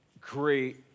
great